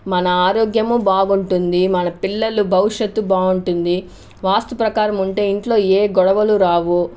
మన ఆరోగ్యము బాగుంటుంది మన పిల్లలు భవిష్యత్తు బాగుంటుంది వాస్తు ప్రకారం ఉంటే ఇంట్లో ఏ గొడవలు రావు